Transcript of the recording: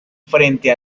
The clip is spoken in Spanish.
frente